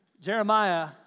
Jeremiah